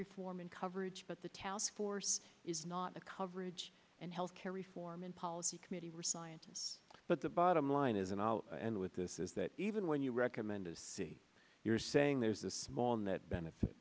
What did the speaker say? reform in coverage but the task force is not a coverage and health care reform and policy committee were scientists but the bottom line is an out and with this is that even when you recommended see you're saying there's a small net benefit